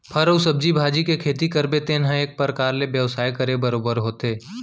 फर अउ सब्जी भाजी के खेती करबे तेन ह एक परकार ले बेवसाय करे बरोबर होथे